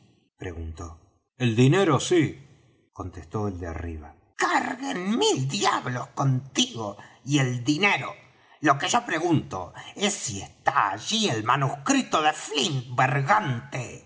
preguntó el dinero sí contestó el de arriba carguen mil diablos contigo y el dinero lo que yo pregunto es si está allí el manuscrito de flint bergante